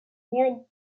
méridien